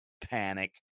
panic